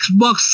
Xbox